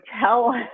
tell